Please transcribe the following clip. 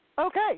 Okay